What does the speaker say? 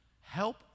help